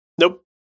Nope